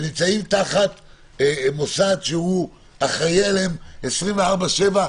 שנמצאים תחת מוסד שהוא אחראי עליהם 24/7,